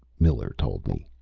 miller told me.